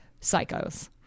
Psychos